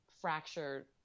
fractured